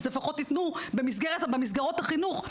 אז לפחות תתנו במסגרות החינוך,